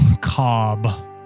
cob